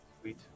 Sweet